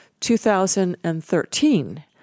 2013